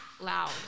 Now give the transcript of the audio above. loud